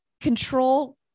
control